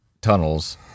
tunnels